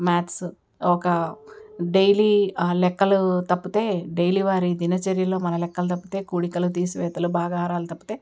maths ఒక daily లెక్కలు తప్పితే డైలీ వారి దినచర్యలో మన లెక్కలు తప్పితే కూడికలు తీసివేతలు బాగాహారాలు తప్పితే